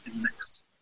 next